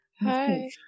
Hi